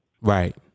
Right